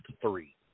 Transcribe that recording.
three